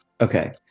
okay